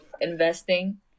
investing